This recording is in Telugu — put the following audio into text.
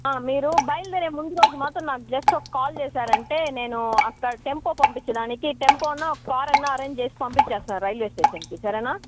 మీరు బయలుదేరే ముందు రోజు మాత్రం నాకు జస్ట్ ఒక కాల్ చేశారంటే నేను అక్కడ టెంపో పంపించడానికి టెంపో అన్నా ఒక కార్ అన్నా అరేంజ్ చేసి పంపించేస్తాను రైల్వే స్టేషన్కి సరేనా